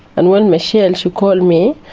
and when michelle, she called me,